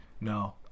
No